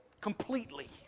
completely